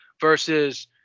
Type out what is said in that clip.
versus